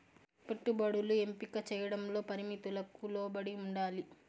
పెట్టుబడులు ఎంపిక చేయడంలో పరిమితులకు లోబడి ఉండాలి